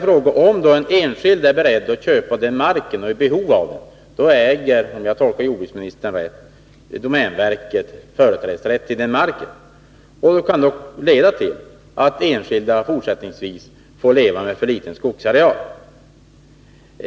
Men om en enskild är beredd att köpa viss mark och är i behov av den, äger domänverket, om jag tolkat jordbruksministerns svar rätt, företrädesrätt till den marken. Det kan då leda till att enskilda fortsättningsvis får leva med för liten skogsareal.